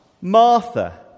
Martha